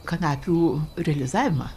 kanapių realizavimą